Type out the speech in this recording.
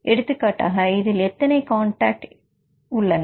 எடுத்துக்காட்டாக இதில் எத்தனை காண்டாக்ட் T1 என் உள்ளன